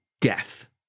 death